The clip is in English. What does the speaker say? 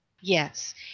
Yes